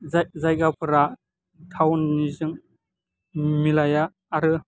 जायगाफोरा टाउननिजों मिलाया आरो